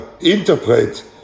interpret